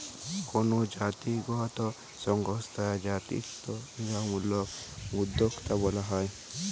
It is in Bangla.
কোনো জাতিগত সংস্থা জাতিত্বমূলক উদ্যোক্তা বলা হয়